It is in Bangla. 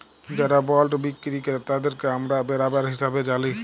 যারা বল্ড বিক্কিরি কেরতাদেরকে আমরা বেরাবার হিসাবে জালি